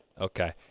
Okay